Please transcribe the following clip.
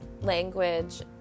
language